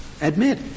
admit